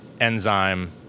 enzyme